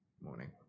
Morning